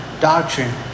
doctrine